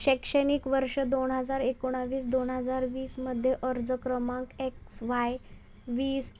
शैक्षणिक वर्ष दोन हजार एकोणावीस दोन हजार वीसमध्ये अर्ज क्रमांक एक्स वाय वीस